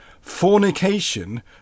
fornication